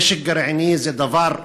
נשק גרעיני זה דבר נוראי,